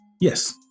Yes